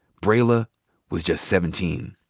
brayla was just seventeen.